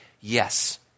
yes